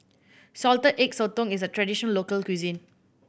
Salted Egg Sotong is a traditional local cuisine